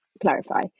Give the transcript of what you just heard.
clarify